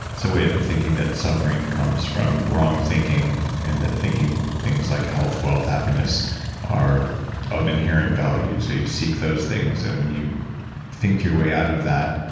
so way of thinking that suffering comes from wrong thinking and that thinking things like health, wealth, happiness are of inherent value. so you seek those things and when you think your way out of that,